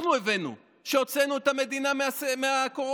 אנחנו הבאנו, כשהוצאנו את המדינה מהקורונה.